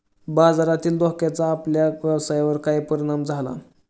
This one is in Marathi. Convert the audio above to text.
बाजारातील धोक्याचा आपल्या व्यवसायावर कसा परिणाम झाला?